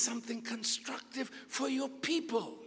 something constructive for your people